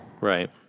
Right